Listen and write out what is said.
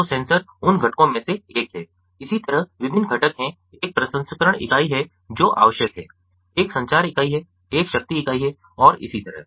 तो सेंसर उन घटकों में से एक है इसी तरह विभिन्न घटक हैं एक प्रसंस्करण इकाई है जो आवश्यक है एक संचार इकाई है एक शक्ति इकाई है और इसी तरह